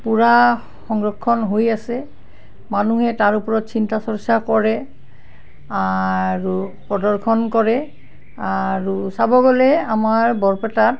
পূৰা সংৰক্ষণ হৈ আছে মানুহে তাৰ ওপৰত চিন্তা চৰ্চা কৰে আৰু প্ৰদৰ্শন কৰে আৰু চাব গ'লে আমাৰ বৰপেটাত